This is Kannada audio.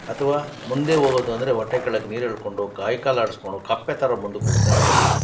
ಅಥವಾ ಮುಂದೆ ಹೋಗೋದು ಅಂದರೆ ಹೊಟ್ಟೆ ಕೆಳ್ಗೆ ನೀರು ಎಳಕೊಂಡು ಕೈ ಕಾಲು ಅಡಿಸ್ಕೊಂಡು ಕಪ್ಪೆ ಥರ ಮುಂದುಕ್ಕೆ ಹೋಗ್ತಾ ಇರ್ತೀವಿ